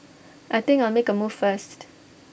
I think I'll make A move first